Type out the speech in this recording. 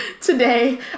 Today